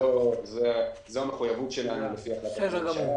זו המחויבות שלנו לפי החלטת הממשלה,